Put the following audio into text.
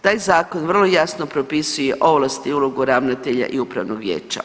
Taj zakon vrlo jasno propisuje ovlasti i ulogu ravnatelja i upravnog vijeća.